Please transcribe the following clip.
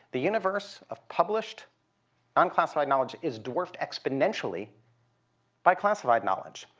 the universe of published unclassified knowledge is dwarfed exponentially by classified knowledge.